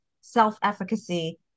self-efficacy